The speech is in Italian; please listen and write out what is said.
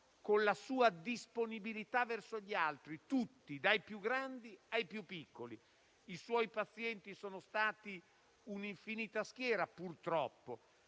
con la sua disponibilità verso gli altri, tutti, dai più grandi ai più piccoli. I suoi pazienti sono stati un'infinita schiera, purtroppo,